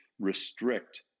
restrict